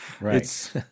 Right